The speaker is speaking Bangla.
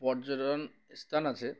পর্যটন স্থান আছে